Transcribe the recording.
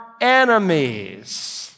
enemies